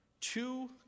two